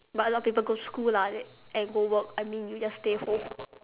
but a lot people go school lah and and go work I mean you just stay home